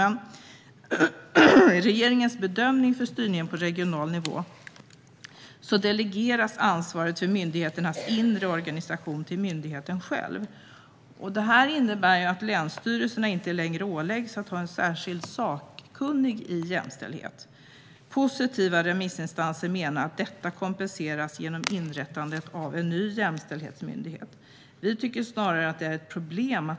Men i regeringens bedömning för styrningen på regional nivå delegeras ansvaret för myndigheternas inre organisation till myndigheten själv. Detta innebär att länsstyrelserna inte längre åläggs att ha en särskild sakkunnig i jämställdhet. Positiva remissinstanser menar att detta kompenseras genom inrättandet av en ny jämställdhetsmyndighet. Vi tycker snarare att det är ett problem.